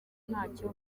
ntacyo